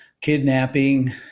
kidnapping